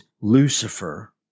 Lucifer